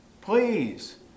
please